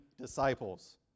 disciples